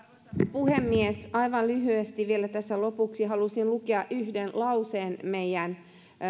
puhemies aivan lyhyesti vielä tässä lopuksi halusin lukea yhden lauseen meidän